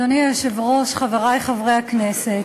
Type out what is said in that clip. אדוני היושב-ראש, חברי חברי הכנסת,